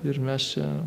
ir mes čia